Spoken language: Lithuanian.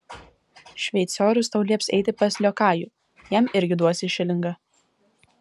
šveicorius tau lieps eiti pas liokajų jam irgi duosi šilingą